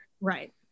Right